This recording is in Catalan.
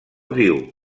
diu